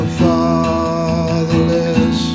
fatherless